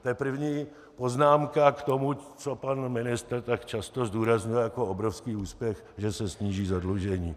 To je první poznámka k tomu, co pan ministr tak často zdůrazňuje jako obrovský úspěch, že se sníží zadlužení.